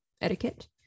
etiquette